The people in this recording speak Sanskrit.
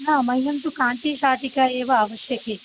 न मह्यं तु काञ्चीशाटिका एव आवश्यकी